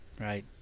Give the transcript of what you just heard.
right